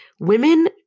women